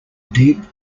deep